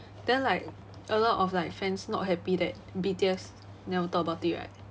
then like a lot of like fans not happy that B_T_S never talk about it right